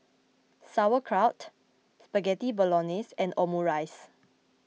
Sauerkraut Spaghetti Bolognese and Omurice